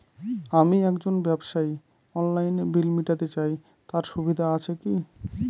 আমি একজন ব্যবসায়ী অনলাইনে বিল মিটাতে চাই তার সুবিধা আছে কি?